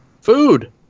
Food